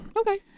Okay